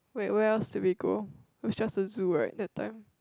where where else do we go it was just the zoo right that time